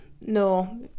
no